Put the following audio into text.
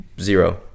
zero